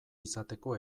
izateko